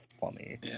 funny